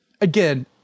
again